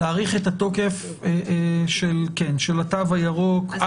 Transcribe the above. להאריך את התוקף, כן, של התו הירוק.